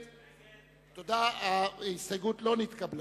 אין הסתייגות.